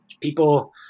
people